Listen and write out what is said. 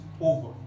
over